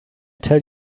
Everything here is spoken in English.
tell